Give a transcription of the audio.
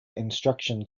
instruction